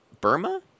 Burma